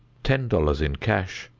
ten dollars in cash,